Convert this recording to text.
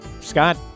Scott